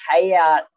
payout